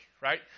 right